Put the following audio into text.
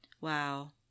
Wow